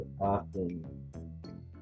often